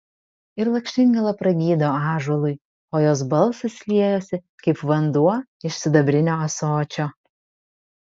ir lakštingala pragydo ąžuolui o jos balsas liejosi kaip vanduo iš sidabrinio ąsočio